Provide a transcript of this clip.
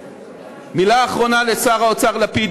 מילה אחרונה לשר האוצר לפיד,